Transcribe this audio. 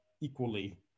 equally